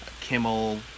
Kimmel